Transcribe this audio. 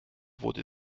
wurde